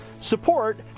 support